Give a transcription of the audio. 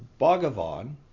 Bhagavan